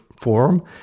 forum